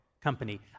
company